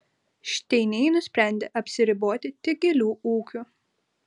šteiniai nusprendė apsiriboti tik gėlių ūkiu